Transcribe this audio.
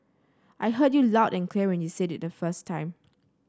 I heard you loud and clear when you said it the first time